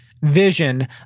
vision